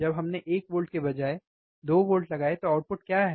जब हमने 1 वोल्ट के बजाय 2 वोल्ट लगाए तो आउटपुट क्या है